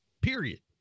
period